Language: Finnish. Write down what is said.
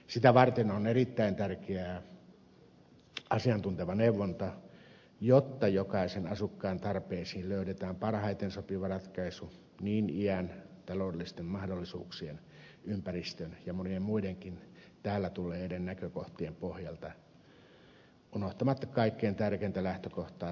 sitä varten on erittäin tärkeää asiantunteva neuvonta jotta jokaisen asukkaan tarpeisiin löydetään parhaiten sopiva ratkaisu niin iän taloudellisten mahdollisuuksien ympäristön kuin monien muidenkin täällä esille tulleiden näkökohtien pohjalta unohtamatta kaikkein tärkeintä lähtökohtaa talonpoikaisjärkeä